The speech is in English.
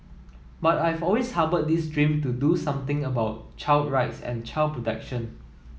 but I've always harboured this dream to do something about child rights and child protection